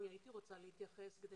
כן,